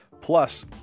Plus